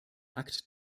akt